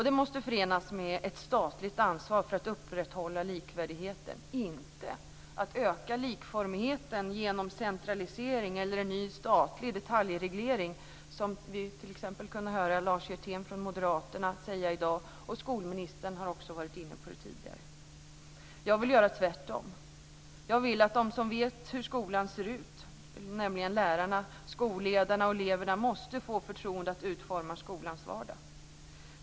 Det måste förenas med ett statligt ansvar för att upprätthålla likvärdigheten, inte för att öka likformigheten genom centralisering eller en ny statlig detaljreglering som vi kunde höra t.ex. Lars Hjertén från Moderaterna säga i dag. Skolministern har också varit inne på det tidigare. Jag vill göra tvärtom. Jag vill att de som vet hur skolan ser ut, nämligen lärarna, skolledarna och eleverna, måste få förtroende att utforma skolans vardag.